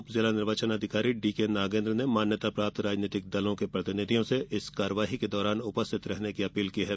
उप जिला निर्वाचन अधिकारी डीके नागेन्द्र ने मान्यता प्राप्त राजनैतिक दलों के प्रतिनिधियों से इस कार्यवाही के दौरान उपस्थित रहने की अपील की है